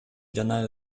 жана